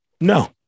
No